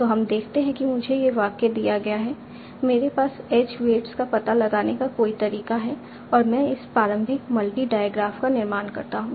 तो हम देखते हैं कि मुझे यह वाक्य दिया गया है मेरे पास एज वेट्स का पता लगाने का कोई तरीका है और मैं इस प्रारंभिक मल्टी डायग्राफ का निर्माण करता हूं